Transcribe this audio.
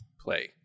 Play